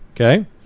okay